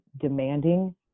demanding